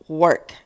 work